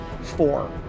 four